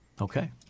okay